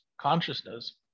consciousness